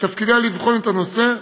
ותפקידה לבחון את הנושא.